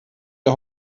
der